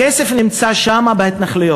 הכסף נמצא בהתנחלויות,